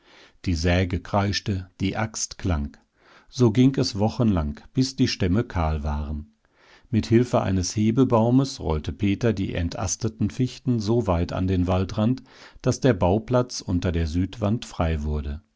die säge kreischte die axt klang so ging es wochenlang bis die stämme kahl waren mit hilfe eines hebebaumes rollte peter die entasteten fichten so weit an den waldrand daß der bauplatz unter der südwand frei wurde